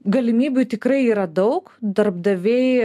galimybių tikrai yra daug darbdaviai